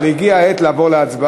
אבל הגיעה העת לעבור להצבעה.